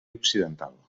occidental